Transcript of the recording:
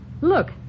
Look